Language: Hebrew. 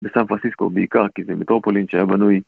בסן פרנסיסקו, בעיקר כי זה מטרופולין שהיה בנוי...